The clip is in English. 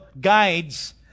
guides